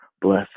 bless